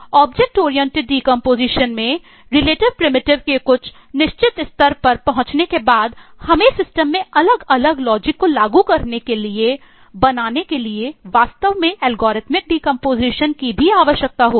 object oriented decomposition की भी आवश्यकता होगी